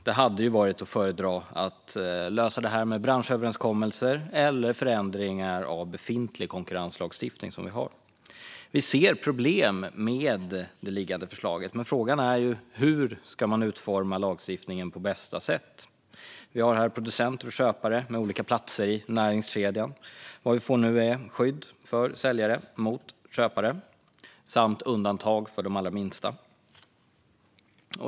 Det hade varit att föredra att lösa detta med branschöverenskommelser eller förändringar av den befintliga konkurrenslagstiftning vi har. Vi ser problem med det liggande förslaget, men frågan är hur man ska utforma lagstiftningen på bästa sätt. Vi har här producenter och köpare med olika platser i näringskedjan, och vad vi får nu är skydd för säljare gentemot köpare samt undantag för de allra minsta.